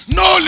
no